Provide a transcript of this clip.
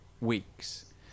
weeks